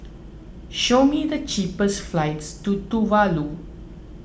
show me the cheapest flights to Tuvalu